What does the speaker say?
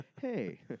hey